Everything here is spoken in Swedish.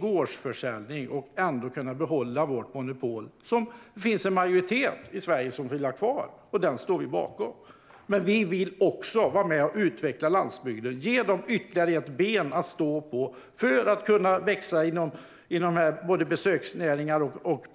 gårdsförsäljning med bibehållet monopol. Liksom en majoritet i Sverige vill vi ha kvar monopolet, men vi vill också utveckla landsbygden och ge den ytterligare ett ben att stå på så att både produktion och besöksnäring kan öka.